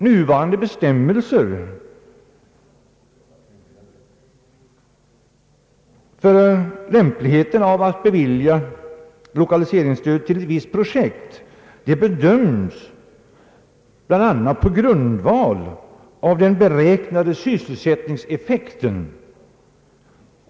Nuvarande bestämmelser för lämpligheten av att bevilja lokaliseringsstöd till ett visst projekt bedöms bland annat på grundval av den beräknade sysselsättningseffekten.